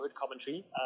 commentary